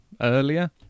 earlier